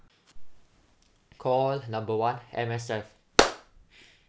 call number one M_S_F